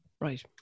Right